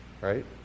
Right